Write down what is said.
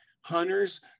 hunters